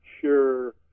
sure